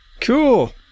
Cool